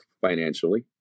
financially